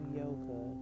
yoga